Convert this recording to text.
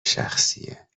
شخصیه